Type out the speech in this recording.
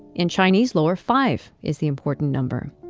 in chinese lore, five is the important number.